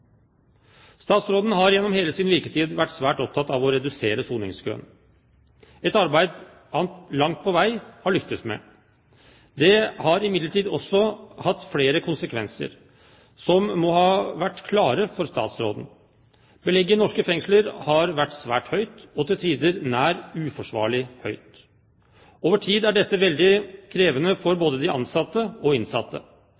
Statsråden har gjennom hele sin virketid vært svært opptatt av å redusere soningskøen – et arbeid han langt på vei har lyktes med. Det har imidlertid også hatt flere konsekvenser som må ha vært klare for statsråden. Belegget i norske fengsler har vært svært høyt og til tider nær uforsvarlig høyt. Over tid er dette veldig krevende for